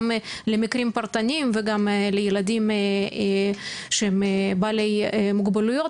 גם למקרים פרטניים וגם לילדים שהם בעלי מוגבלויות.